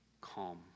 calm